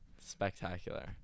spectacular